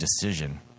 decision